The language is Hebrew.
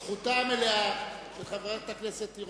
זכותה המלאה של חברת הכנסת תירוש,